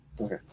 Okay